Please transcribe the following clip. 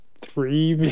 three